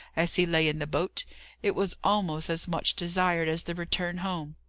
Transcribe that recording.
as he lay in the boat it was almost as much desired as the return home.